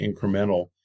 incremental